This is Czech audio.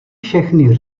všechny